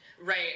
Right